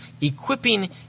equipping